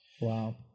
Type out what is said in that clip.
Wow